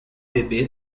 bebê